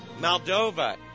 Moldova